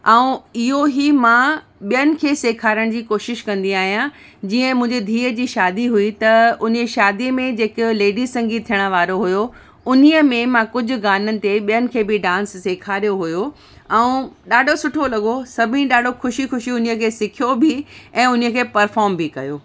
ऐं इहो ई मां ॿियनि खे सेखारण जी कोशिश कंदी आहियां जीअं मुंहिंजी धीअ जी शादी हुई त हुन शादीअ में जेके लेडिस संगीत थिअण वारो हुओ हुन ई में मां कुझु गाननि ते ॿियनि खे बि डांस सेखारियो हुओ ऐं ॾाढो सुठो लॻो सभेई ॾाढो ख़ुशी ख़ुशी हुन ई खे सिखियो बि ऐं हुनखे परफ़ॉर्म बि कयो